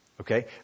Okay